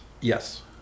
Yes